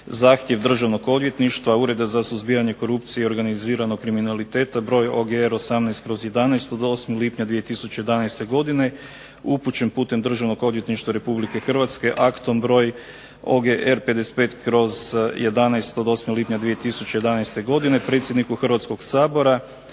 zahtjev Državnog odvjetništva Ureda za suzbijanje korupcije i organiziranog kriminaliteta, broj OGR. 18/11 od 8. lipnja 2011. godine upućen putem Državnog odvjetništva Republike Hrvatske aktom broj OGR. 55/11 od 8. lipnja 2011. godine predsjedniku Hrvatskog sabora